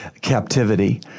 captivity